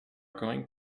going